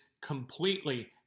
completely